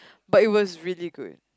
but it was really good